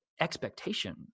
expectation